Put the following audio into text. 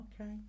okay